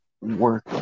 work